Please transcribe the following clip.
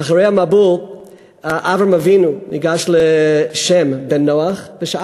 אחרי המבול אברהם אבינו ניגש לשם בן נח ושאל